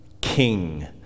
king